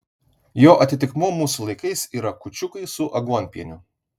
jo atitikmuo mūsų laikais yra kūčiukai su aguonpieniu